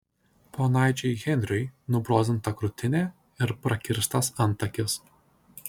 ponaičiui henriui nubrozdinta krūtinė ir prakirstas antakis